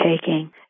taking